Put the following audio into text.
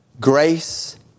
Grace